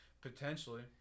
Potentially